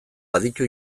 baditu